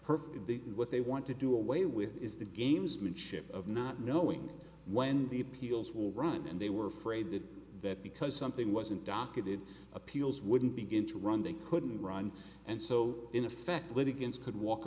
perfectly what they want to do away with is the gamesmanship of not knowing when the appeals will run and they were afraid that because something wasn't docketed appeals wouldn't begin to run they couldn't run and so in effect litigants could walk